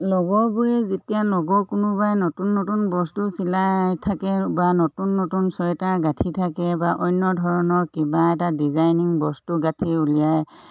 লগৰবোৰে যেতিয়া লগৰ কোনোবাই নতুন নতুন বস্তু চিলাই থাকে বা নতুন নতুন চুৱেটাৰ গাঁঠি থাকে বা অন্য ধৰণৰ কিবা এটা ডিজাইনিং বস্তু গাঁঠি উলিয়াই